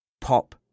pop